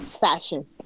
fashion